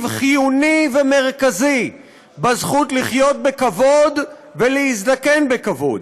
חיוני ומרכזי בזכות לחיות בכבוד ולהזדקן בכבוד.